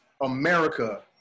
America